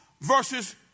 versus